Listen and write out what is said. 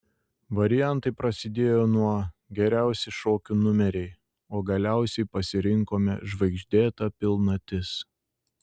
variantai prasidėjo nuo geriausi šokių numeriai o galiausiai pasirinkome žvaigždėta pilnatis